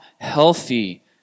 healthy